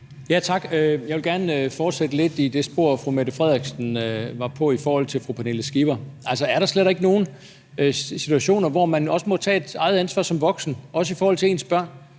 Tak. Jeg vil gerne fortsætte lidt i det spor, fru Mette Frederiksen var på i forhold til fru Pernille Skipper. Er der slet ikke nogen situationer, hvor man må tage et eget ansvar som voksen, også i forhold til ens børn,